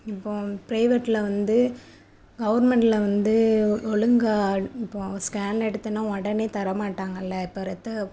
இப்போது ப்ரைவேட்டில் வந்து கவர்மெண்ட்ல வந்து ஒழுங்காக இப்போது ஸ்கேன் எடுத்தோன்னா உடனே தர மாட்டாங்கள்ல இப்போ ரத்தம்